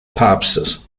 papstes